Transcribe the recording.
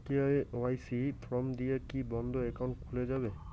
KYC form দিয়ে কি বন্ধ একাউন্ট খুলে যাবে?